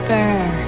Bear